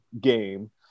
game